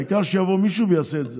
העיקר שיבוא מישהו ויעשה את זה.